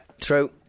true